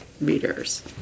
readers